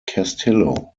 castillo